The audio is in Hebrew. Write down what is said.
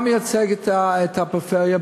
מייצג גם את הפריפריה,